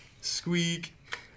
Squeak